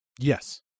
Yes